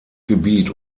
gebiet